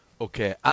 Okay